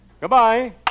Goodbye